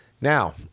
Now